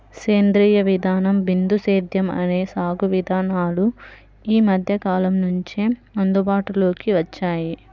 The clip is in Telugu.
సేంద్రీయ విధానం, బిందు సేద్యం అనే సాగు విధానాలు ఈ మధ్యకాలం నుంచే అందుబాటులోకి వచ్చాయి